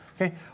okay